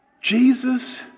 Jesus